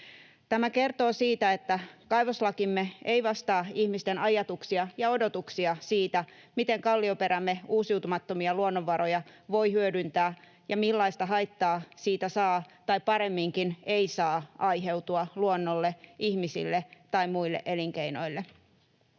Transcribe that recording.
Tämä kertoo siitä, että kaivoslakimme ei vastaa ihmisten ajatuksia ja odotuksia siitä, miten kallioperämme uusiutumattomia luonnonvaroja voi hyödyntää ja millaista haittaa siitä saa tai paremminkin ei saa aiheutua luonnolle, ihmisille tai muille elinkeinoille.